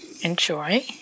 enjoy